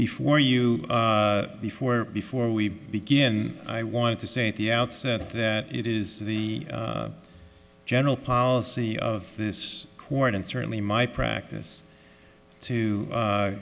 before you before before we begin i want to say at the outset that it is the general policy of this court and certainly my practice to